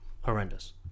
horrendous